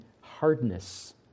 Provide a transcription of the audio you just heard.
hardness